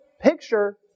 picture